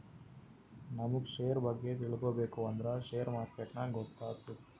ನಮುಗ್ ಶೇರ್ ಬಗ್ಗೆ ತಿಳ್ಕೋಬೇಕು ಅಂದ್ರ ಶೇರ್ ಮಾರ್ಕೆಟ್ ನಾಗೆ ಗೊತ್ತಾತ್ತುದ